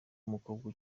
umukobwa